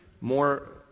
more